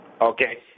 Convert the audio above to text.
Okay